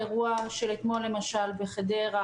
לגבי האירוע אתמול בחדרה